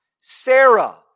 Sarah